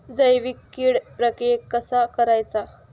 जैविक कीड प्रक्रियेक कसा करायचा?